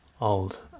old